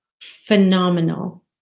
phenomenal